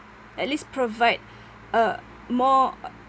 at least provide a more uh